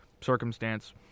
circumstance